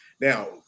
now